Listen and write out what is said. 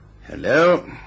Hello